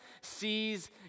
Sees